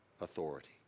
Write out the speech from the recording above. authority